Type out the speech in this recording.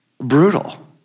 Brutal